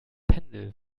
pendel